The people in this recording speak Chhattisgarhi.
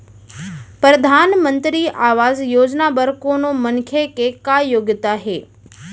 परधानमंतरी आवास योजना बर कोनो मनखे के का योग्यता हे?